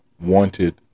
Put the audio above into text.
wanted